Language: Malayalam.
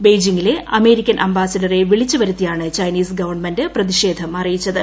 ബെയ്ജിംഗിലെ അമേരിക്കൻ അംബാസിഡറെ വിളിച്ചുവരുത്തിയാണ് ചൈനീസ് ഗവൺമെന്റ് പ്രതിഷേധം അറിയിച്ചത്